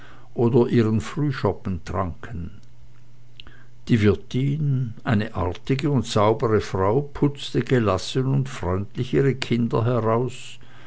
oder ihren frühschoppen tranken die wirtin eine artige und saubere frau putzte gelassen und freundlich ihre kinder heraus